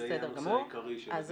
זה יהיה הנושא העיקרי של הדיון מחר.